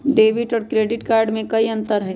Debit और credit card में कई अंतर हई?